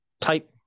type